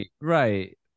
Right